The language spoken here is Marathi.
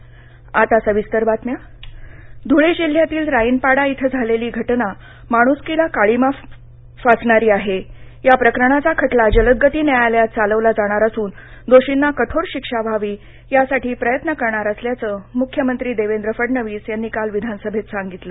विधीमंडळः ध्ळे जिल्ह्यातील राईनपाडा इथं झालेली घटना माण्सकीला काळिमा फासणारी आहे या प्रकरणाचा खटला जलदगती न्यायालयात चालवला जाणार असून दोषींना कठोर शिक्षा व्हावी यासाठी प्रयत्न करणार असल्याचं मुख्यमंत्री देवेंद्र फडणवीस यांनी काल विधानसभेत सांगितलं